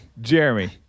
Jeremy